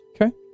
Okay